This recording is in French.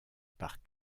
par